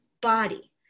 body